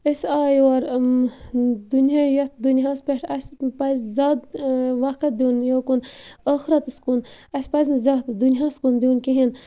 أسۍ آے یور دُنیا یَتھ دُنیاہَس پٮ۪ٹھ اَسہِ پَزِ زیادٕ وقت دیُن یوکُن ٲخٕرَتَس کُن اَسہِ پَزِ نہٕ زیادٕ دُنیاہَس کُن دیُن کِہیٖنۍ